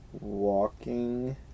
Walking